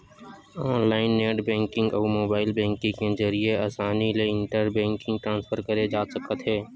online net banking अउ mobile banking के जरिए असानी ले इंटर बेंकिंग ट्रांसफर करे जा सकत हे